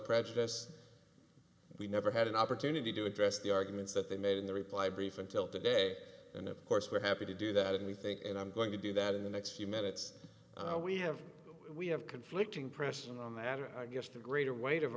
prejudice we never had an opportunity to address the arguments that they made in the reply brief until today and of course we're happy to do that and we think and i'm going to do that in the next few minutes we have we have conflicting pressures on that or just a greater weight of